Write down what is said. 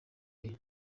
indwi